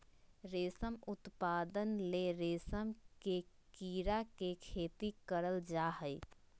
रेशम उत्पादन ले रेशम के कीड़ा के खेती करल जा हइ